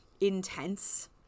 intense